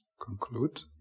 conclude